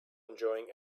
enjoying